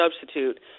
substitute